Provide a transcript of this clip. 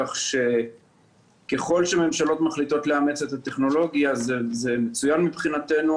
כך שככל שממשלות מחליטות לאמץ את הטכנולוגיה שלנו זה מצוין מבחינתנו